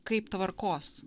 kaip tvarkos